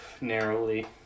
narrowly